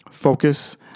Focus